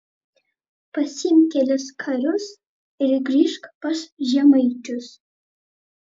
pasiimk kelis karius ir grįžk pas žemaičius